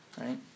right